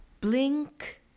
Blink